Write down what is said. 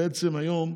בעצם היום,